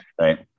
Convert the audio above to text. right